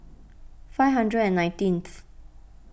five hundred and nineteenth